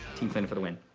team flynn for the win.